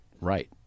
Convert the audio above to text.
right